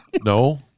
No